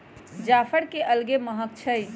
जाफर के अलगे महकइ छइ